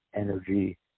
energy